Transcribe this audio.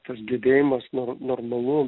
tas gedėjimas normalu